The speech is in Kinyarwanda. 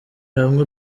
hamwe